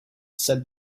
said